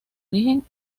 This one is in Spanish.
origen